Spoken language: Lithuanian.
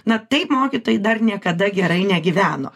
na taip mokytojai dar niekada gerai negyveno